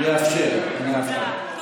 תודה.